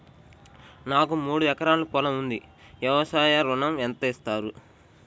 నాకు మూడు ఎకరాలు పొలం ఉంటే వ్యవసాయ ఋణం ఎంత ఇస్తారు?